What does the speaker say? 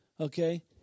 Okay